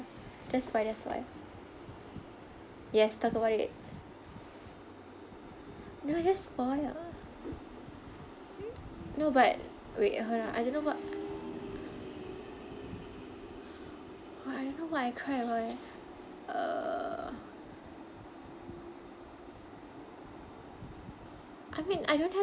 that's why that's why yes talk about it no just for ya no but wait hold on I don't know what oh I don't know what I cry about eh err I mean I don't have